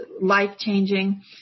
life-changing